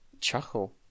chuckle